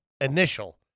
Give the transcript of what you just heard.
Initial